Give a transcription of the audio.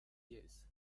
use